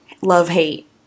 love-hate